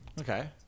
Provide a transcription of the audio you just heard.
Okay